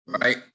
Right